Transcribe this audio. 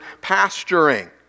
pasturing